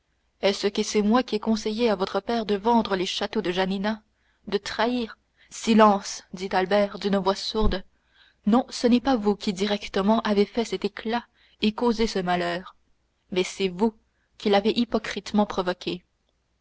est-ce que c'est moi qui ai conseillé à votre père de vendre les châteaux de janina de trahir silence dit albert d'une voix sourde non ce n'est pas vous qui directement avez fait cet éclat et causé ce malheur mais c'est vous qui l'avez hypocritement provoqué